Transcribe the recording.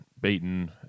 beaten